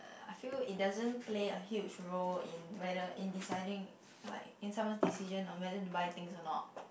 uh I feel it doesn't play a huge role in whether in deciding like in someone's decision on whether to buy things or not